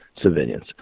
civilians